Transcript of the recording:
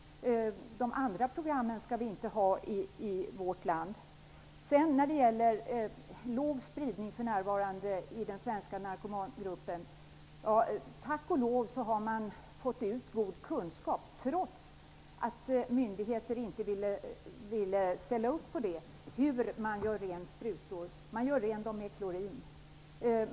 De andra programmen skall vi inte ha i vårt land. När det gäller detta med att det för närvarande är en liten spridning i den svenska narkomangruppen: Ja, tack och lov, man har fått ut god kunskap om hur sprutor görs rena, trots att myndigheter inte ville ställa upp på det. Man gör sprutorna rena med klorin.